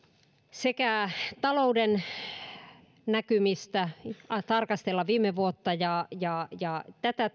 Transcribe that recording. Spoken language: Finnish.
sekä talouden näkymistä tarkastella viime vuotta ja ja tätä